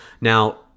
now